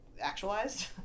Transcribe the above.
actualized